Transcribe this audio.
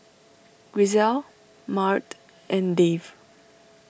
Grisel Maud and Dave